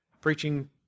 preaching